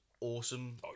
awesome